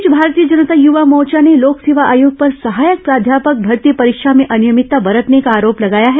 इस बीच भारतीय जनता युवा मोर्चा ने लोक सेवा आयोग पर सहायक प्राध्यापक भर्ती परीक्षा में अनियमितता बरतने का आरोप लगाया है